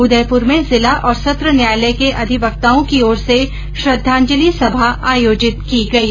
उदयपुर में जिला और सत्र न्यायालय के अधिवक्ताओं की ओर से श्रद्धांजलि सभा आयोजित की गई